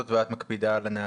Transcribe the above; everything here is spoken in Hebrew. ואת מקפידה על הנהלים,